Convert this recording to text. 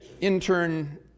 intern